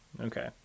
okay